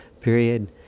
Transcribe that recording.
period